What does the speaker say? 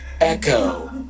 echo